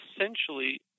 essentially